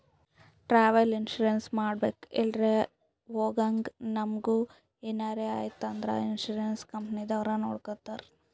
travel insurance ಮಾಡಿಸ್ಬೇಕ್ ಎಲ್ರೆ ಹೊಗಾಗ್ ನಮುಗ ಎನಾರೆ ಐಯ್ತ ಅಂದುರ್ ಇನ್ಸೂರೆನ್ಸ್ ಕಂಪನಿದವ್ರೆ ನೊಡ್ಕೊತ್ತಾರ್